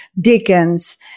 Dickens